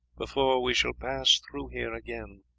before we shall pass through here again?